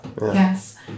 Yes